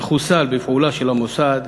שחוסל בפעולה של המוסד,